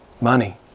Money